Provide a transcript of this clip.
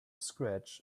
scratch